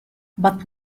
but